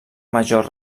major